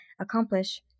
accomplish